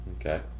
Okay